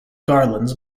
garlands